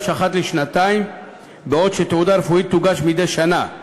אחת לשנתיים ותעודה רפואית תוגש מדי שנה,